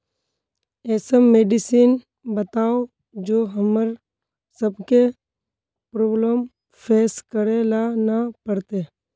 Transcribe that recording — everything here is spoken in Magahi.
ऐसन मेडिसिन बताओ जो हम्मर सबके प्रॉब्लम फेस करे ला ना पड़ते?